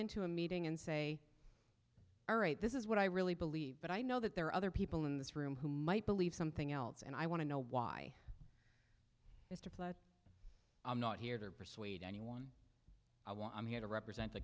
into a meeting and say all right this is what i really believe but i know that there are other people in this room who might believe something else and i want to know why mr platt i'm not here to persuade anyone i want i'm here to represent the